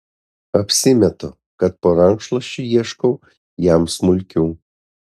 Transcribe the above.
apsimetu kad po rankšluosčiu ieškau jam smulkių